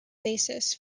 basis